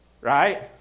right